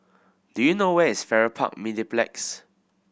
do you know where is Farrer Park Mediplex